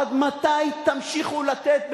עד מתי תמשיכו לתת,